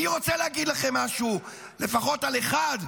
אני רוצה להגיד לכם משהו, לפחות על אחד.